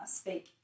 speak